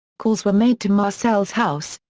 calls were made to marcel's house,